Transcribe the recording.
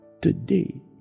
today